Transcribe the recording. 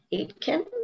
Aitken